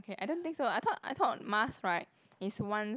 okay I don't think so I thought I thought mask right is one